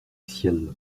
ciel